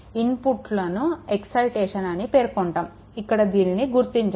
ఇన్పుట్ను ఎక్సైటేషన్ అని పేర్కొంటాము ఇక్కడ ఇది దీనిని గుర్తించాను